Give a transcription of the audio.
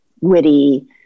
witty